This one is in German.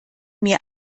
mir